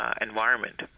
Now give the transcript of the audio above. environment